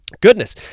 goodness